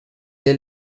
est